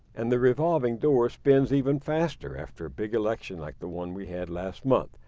and the revolving door spins even faster after a big election like the one we had last month,